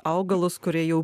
augalus kurie jau